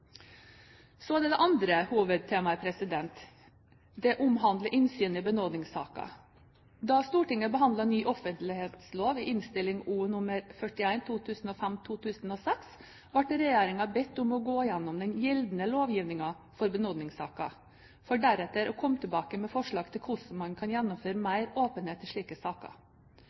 Det andre hovedtemaet omhandler innsyn i benådningssaker. Da Stortinget behandlet ny offentlighetslov gjennom Innst. O. nr. 41 for 2005–2006, ble regjeringen bedt om å gå igjennom den gjeldende lovgivningen for benådningssaker, for deretter å komme tilbake med forslag til hvordan man kan gjennomføre mer åpenhet i slike saker.